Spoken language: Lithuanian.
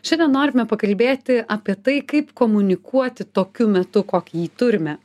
šiandien norime pakalbėti apie tai kaip komunikuoti tokiu metu kokį jį turime